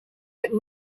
but